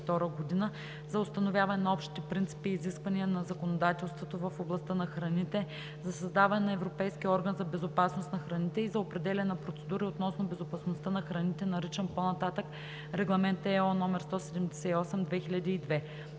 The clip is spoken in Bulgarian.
за установяване на общите принципи и изисквания на законодателството в областта на храните, за създаване на Европейски орган за безопасност на храните и за определяне на процедури относно безопасността на храните, наричан по-нататък „Регламент (ЕО) № 178/2002“.